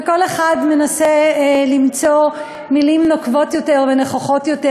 וכל אחד מנסה למצוא מילים נוקבות יותר ונכוחות יותר